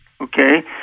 okay